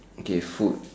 okay food